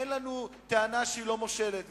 אין לנו טענה שהיא לא מושלת.